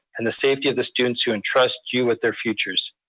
and the safety of the students who entrust you with their futures.